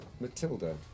Matilda